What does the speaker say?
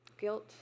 guilt